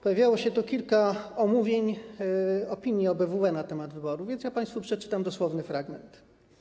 Pojawiło się tu kilka omówień opinii OBWE na temat wyborów, więc ja państwu przeczytam dosłowny fragment: